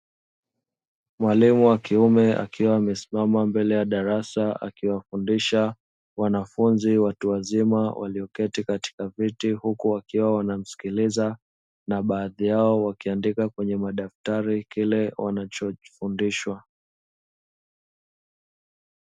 Mwalimu wa kiume akiwa amesimama mbele ya darasa akiwafundisha, wanafunzi watu wazima walioketi katika viti huku wakiwa wanamsikiliza, na baadhi yao wakiandika kwenye madaftari kile wanachojifundishwa.